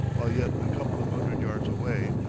while yet a couple of hundred yards away,